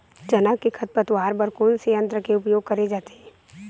चना के खरपतवार बर कोन से यंत्र के उपयोग करे जाथे?